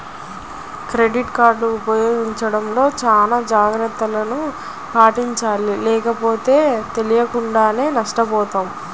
credit card ఉపయోగించడంలో చానా జాగర్తలను పాటించాలి లేకపోతే తెలియకుండానే నష్టపోతాం